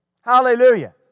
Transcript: Hallelujah